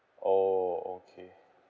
orh okay